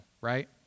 right